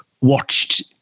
watched